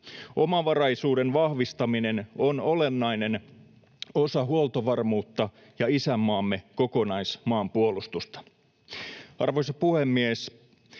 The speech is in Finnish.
Omavaraisuuden vahvistaminen on olennainen osa huoltovarmuutta ja isänmaamme kokonaismaanpuolustusta. Arvoisa puhemies!